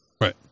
Right